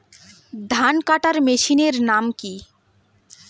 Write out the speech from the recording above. ধান কাটার মেশিনের নাম কি?